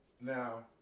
Now